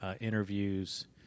interviews